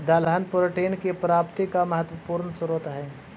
दलहन प्रोटीन की प्राप्ति का महत्वपूर्ण स्रोत हई